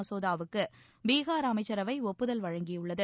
மசோதாவுக்கு பீகார் அமைச்சரவை ஒப்புதல் வழங்கியுள்ளது